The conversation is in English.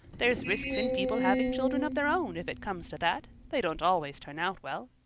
there's risks in people's having children of their own if it comes to that they don't always turn out well.